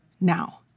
now